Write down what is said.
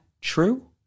true